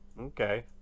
Okay